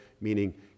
meaning